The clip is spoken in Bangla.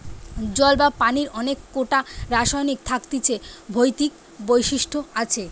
জল বা পানির অনেক কোটা রাসায়নিক থাকতিছে ভৌতিক বৈশিষ্ট আসে